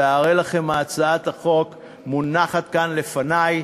והרי לכם הצעת החוק מונחת כאן לפני.